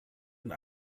und